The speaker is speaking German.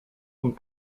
und